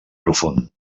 profund